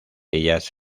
ellas